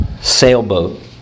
sailboat